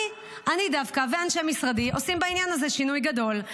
אני ואנשי משרדי דווקא עושים בעניין הזה שינוי גדול.